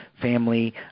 family